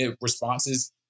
responses